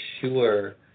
sure